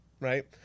right